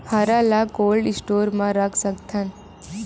हरा ल cold store म रख सकथन?